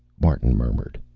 martin murmured.